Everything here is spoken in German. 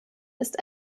ist